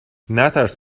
نترس